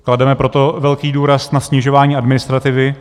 Klademe proto velký důraz na snižování administrativy.